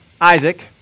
Isaac